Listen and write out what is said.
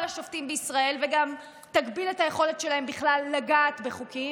השופטים בישראל וגם תגביל את היכולת שלהם בכלל לגעת בחוקים,